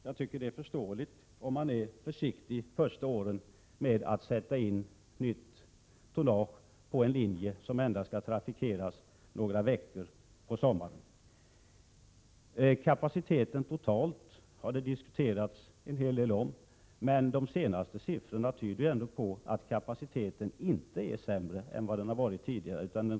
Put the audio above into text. Jag tycker det är förståeligt om man är försiktig de första åren med att sätta in nytt tonnage på en linje som endast 127 Det har diskuterats en hel del om kapaciteten totalt, men de senaste siffrorna tyder ändå på att kapaciteten inte är sämre än den varit tidigare.